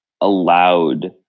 allowed